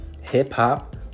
hip-hop